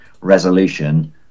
resolution